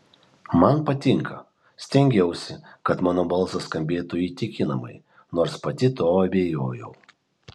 man patinka stengiausi kad mano balsas skambėtų įtikinamai nors pati tuo abejojau